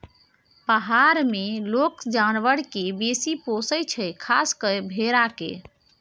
पहार मे लोक जानबर केँ बेसी पोसय छै खास कय भेड़ा केँ